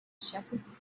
shepherds